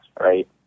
right